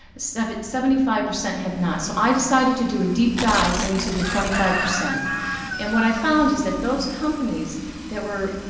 seventy seventy five percent had not. so i decided to do a deep dive into the twenty five percent and what i found was that those companies that were,